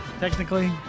Technically